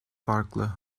farklı